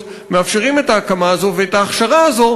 מאפשרים את ההקמה הזאת ואת ההכשרה הזאת,